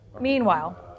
meanwhile